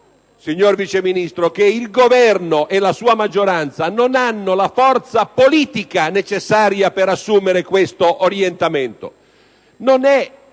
La verità è che il Governo e la sua maggioranza non hanno la forza politica necessaria per assumere questo orientamento;